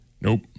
Nope